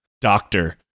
doctor